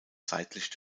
seitlich